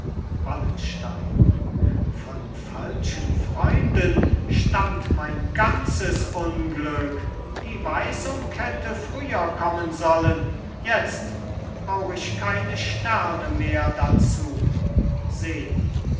wallenstein von falschen freunden stammt mein ganzes unglück die weisung hätte früher kommen sollen jetzt brauch ich keine sterne mehr dazu seni